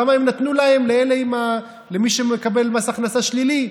כמה הם נתנו להם, למי שמקבל מס הכנסה שלילי?